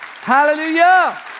Hallelujah